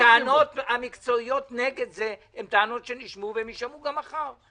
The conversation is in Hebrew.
הטענות המקצועיות נגד זה הן טענות שנשמעו ויישמעו גם מחר.